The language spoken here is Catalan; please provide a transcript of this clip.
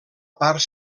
part